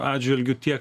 atžvilgiu tiek